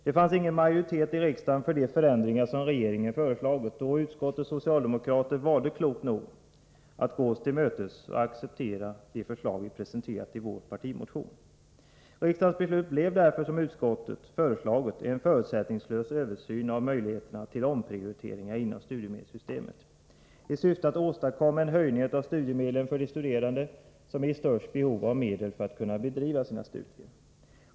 Det fanns ingen majoritet i riksdagen för de förändringar som regeringen föreslagit, och utskottets socialdemokrater valde klokt nog att gå oss till mötes och acceptera de förslag som vi presenterat i vår partimotion. Riksdagens beslut blev därför, som utskottet föreslagit, en förutsättningslös översyn av möjligheterna till omprioriteringar inom studiemedelssystemet i syfte att åstadkomma en höjning av studiemedlen för de studerande som är i störst behov av medel för att kunna bedriva sina studier.